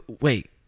Wait